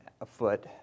afoot